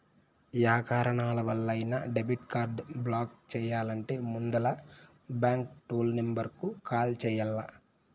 yeah కారణాలవల్లైనా debit card block చెయ్యాలంటే ముందల బాంకు టోల్ నెంబరుకు కాల్ చెయ్యాల్ల